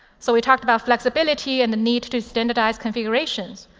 so we talked about flexibility and the need to standardize configurations.